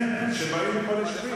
כפול.